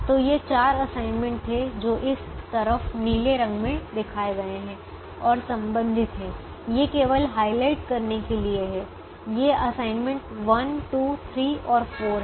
तो ये 4 असाइनमेंट थे जो इस तरफ नीले रंग में दिखाए गए हैं और संबंधित हैं ये केवल हाइलाइट करने के लिए हैं ये असाइनमेंट 1 2 3 और 4 हैं